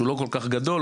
שהוא לא כל כך גדול,